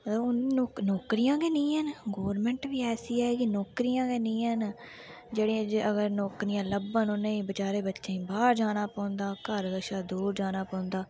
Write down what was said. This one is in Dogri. ते हून नौक नौकरियां गै नेईं हैन गौरमैंट बी ऐसी ऐ कि नौकरियां गै हैनी हैन जेह्ड़े अगर नौकरियां लब्भन उनेंगी बचारें बच्चें गी बाह्र जाना पौंदा घर कशा दूर जाना पौंदा